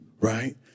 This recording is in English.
right